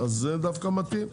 אז זה דווקא מתאים.